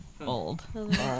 old